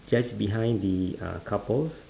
just behind the uh couple